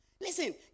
listen